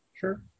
sure